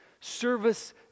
service